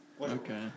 Okay